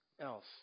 else